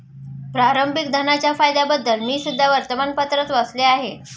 प्रारंभिक धनाच्या फायद्यांबद्दल मी सुद्धा वर्तमानपत्रात वाचले आहे